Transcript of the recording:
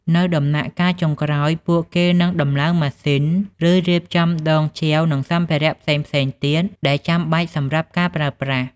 នៅដំណាក់កាលចុងក្រោយ ពួកគេនឹងដំឡើងម៉ាស៊ីន ឬរៀបចំដងចែវនិងសម្ភារៈផ្សេងៗទៀតដែលចាំបាច់សម្រាប់ការប្រើប្រាស់។